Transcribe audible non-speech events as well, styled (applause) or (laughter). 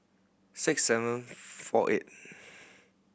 six seven four eight (noise)